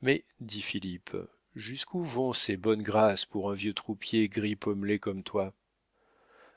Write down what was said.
mais dit philippe jusqu'où vont ses bonnes grâces pour un vieux troupier gris pommelé comme toi